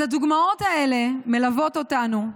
הדוגמאות האלה מלוות אותנו,